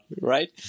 right